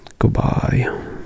Goodbye